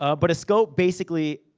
ah but a scope, basically,